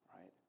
right